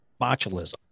botulism